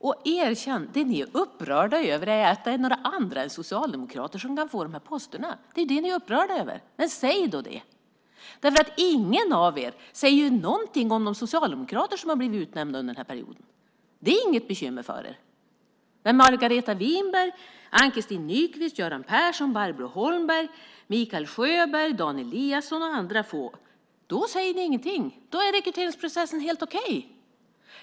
Och erkänn att det ni är upprörda över är att det är några andra än socialdemokrater som kan få de här posterna. Det är det som ni är upprörda över. Men säg då det, för ingen av er säger ju någonting om de socialdemokrater som har blivit utnämnda under den här perioden. Det är inget bekymmer för er. När Margareta Winberg, Ann-Christin Nyqvist, Göran Persson, Barbro Holmberg, Mikael Sjöberg och Dan Eliasson blir utnämnda säger ni ingenting. Då är rekryteringsprocessen helt okej.